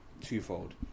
twofold